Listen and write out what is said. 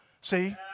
See